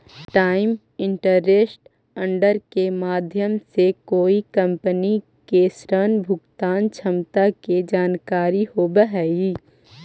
times interest earned के माध्यम से कोई कंपनी के ऋण भुगतान क्षमता के जानकारी होवऽ हई